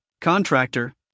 contractor